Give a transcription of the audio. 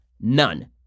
None